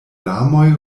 larmoj